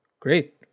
great